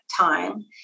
time